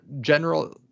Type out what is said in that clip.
general